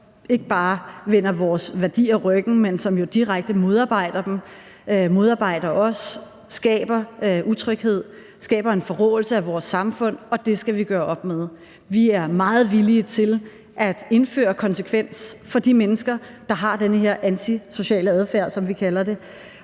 som ikke bare vender vores værdier ryggen, men som jo direkte modarbejder dem, modarbejder os, skaber utryghed og skaber en forråelse af vores samfund, og det skal vi gøre op med. Vi er meget villige til at indføre konsekvenser for de mennesker, der har den her antisociale adfærd, som vi kalder det,